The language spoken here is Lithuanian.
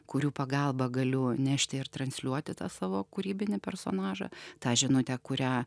kurių pagalba galiu nešti ir transliuoti tą savo kūrybinį personažą tą žinutę kurią